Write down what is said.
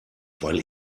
weil